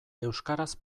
euskaraz